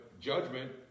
judgment